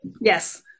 Yes